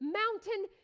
mountain